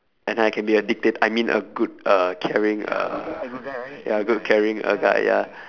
and I can be a dictat~ I mean a good uh caring err ya good caring uh guy ya